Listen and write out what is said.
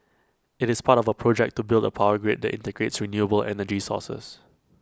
IT is part of A project to build A power grid that integrates renewable energy sources